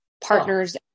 partners